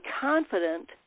confident